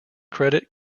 credit